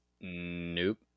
nope